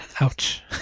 Ouch